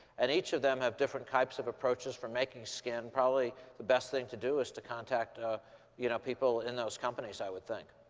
and each of them have different types of approaches for making skin. probably the best thing to do is to contact ah you know people in those companies, i would think.